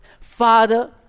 Father